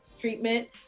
treatment